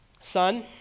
Son